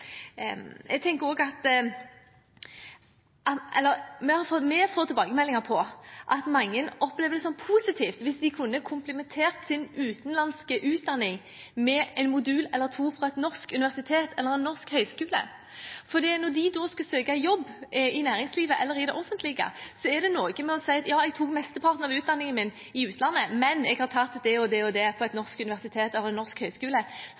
det som positivt om de kunne komplettert sin utenlandske utdanning med en modul eller to fra et norsk universitet eller en norsk høyskole. Når de skal søke jobb i næringslivet eller i det offentlige, er det noe med å si at ja, de tok mesteparten av utdanningen i utlandet, men de har tatt det og det på et norsk universitet eller ved en norsk